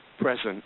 present